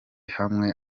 hamwe